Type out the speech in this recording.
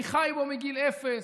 אני חי בו מגיל אפס,